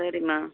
சரிம்மா